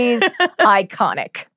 iconic